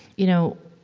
you know,